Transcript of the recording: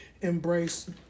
embrace